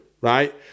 right